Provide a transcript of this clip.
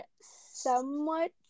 somewhat